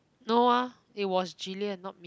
no ah it was jilian not me